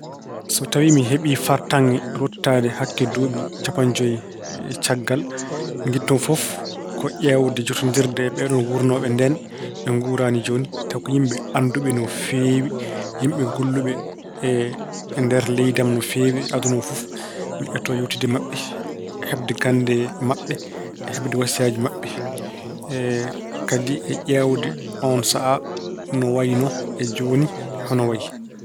So tawi mi heɓii fartaŋŋe ruttaade hakke duuɓi capanɗe joyi caggal. Ngindotoo- mi fof ko ƴeewde jotondirnde e ɓeeɗoon wuurnooɓe ndeen, ɓe nguuraani jooni, tawi ko yimɓe annduɓe no feewi. Yimɓe golluɓe e leydi am no feewi, aduna o fof. Mi etoo yeewtidde e maɓɓe, heɓde gannde maɓɓe e heɓde wasiyaaji maɓɓe. Kadi e ƴeewde oon sahaa no wayino e jooni hono wayi.